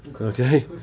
Okay